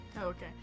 okay